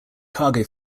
cargo